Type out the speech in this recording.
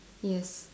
yes